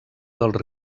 dels